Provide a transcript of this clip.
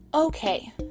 Okay